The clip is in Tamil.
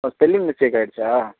ஓ ஸ்பெல்லிங் மிஸ்டேக்காயிடுச்சா